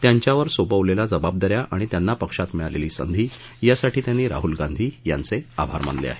त्यांच्यावर सोपवलेल्या जबाबदा या आणि त्यांना पक्षात मिळालेली संधी यासाठी त्यांनी राहुल गांधी यांचे आभार मानले आहेत